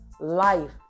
life